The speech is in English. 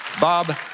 Bob